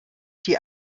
die